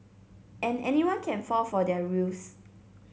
and anyone can fall for their ruse